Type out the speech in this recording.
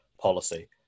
policy